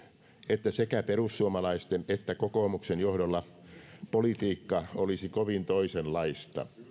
että sekä perussuomalaisten että kokoomuksen johdolla politiikka olisi kovin toisenlaista